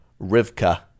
rivka